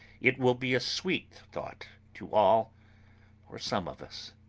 it will be a sweet thought to all or some of us.